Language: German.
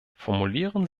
formulieren